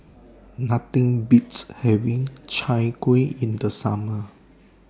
Nothing Beats having Chai Kuih in The Summer